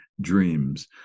dreams